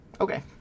Okay